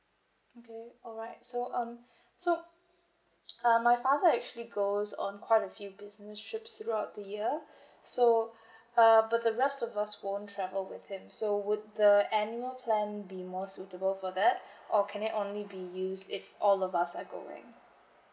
okay alright so um so uh my father actually goes on quite a few business trips throughout the year so uh but the rest of us won't travel with him so would the annual plan be more suitable for that or can it only be used if all of us are going